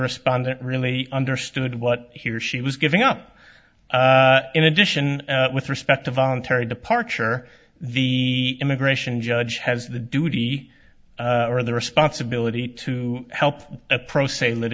respondent really understood what he or she was giving up in addition with respect to voluntary departure the immigration judge has the duty or the responsibility to help a pro se lit